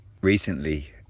recently